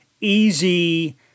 easy